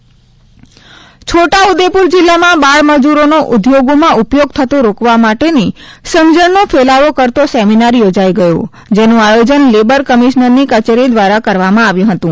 બાળમજુરી નાબૂદી છોટાઉદેપુર છોટા ઉદેપુર જિલ્લામાં બાળ મજુરોનો ઉધોગોમાં ઉપયોગ થતો રોકવા માટેની સમજણનો ફેલાવો કરતો સેમિનાર યોજાઇ ગયો જેનું આયોજન લેબર કમિશ્નરની કચેરી દ્વારા કરવામાં આવ્યું હતું